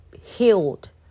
healed